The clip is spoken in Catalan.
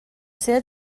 ser